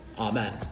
Amen